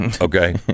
okay